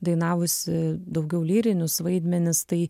dainavusi daugiau lyrinius vaidmenis tai